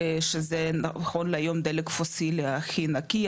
שזה נכון להיות דלק פוסילי הכי נקי,